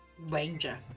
Ranger